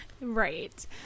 Right